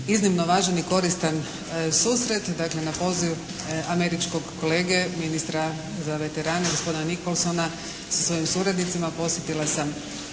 iznimno važan i koristan susret. Dakle na poziv američkog kolege, ministra za veterane, gospodina Nickolsona sa svojim suradnicima posjetila sam